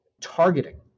targeting